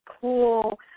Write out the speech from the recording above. cool